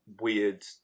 weird